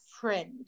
friend